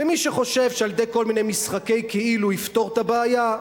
ומי שחושב שעל-ידי כל מיני משחקי "כאילו" יפתור את הבעיה,